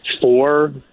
four